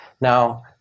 Now